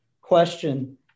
question